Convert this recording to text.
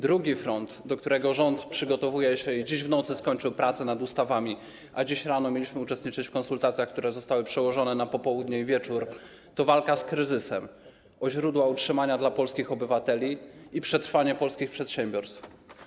Drugi front, do którego rząd przygotowuje się, dziś w nocy skończył prace nad ustawami, a dziś rano mieliśmy uczestniczyć w konsultacjach, które zostały przełożone na popołudnie i wieczór, to walka z kryzysem o źródła utrzymania dla polskich obywateli i przetrwanie polskich przedsiębiorstw.